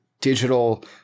digital